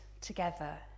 together